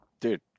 dude